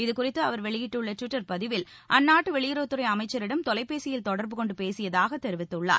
இது குறித்து அவர் வெளியிட்டுள்ள டுவிட்டர் பதிவில் அந்நாட்டு வெளியுறவுத்துறை அமைச்சரிடம் தொலைபேசியில் தொடர்பு கொண்டு பேசியதாக தெரிவித்துள்ளார்